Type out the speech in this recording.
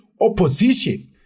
opposition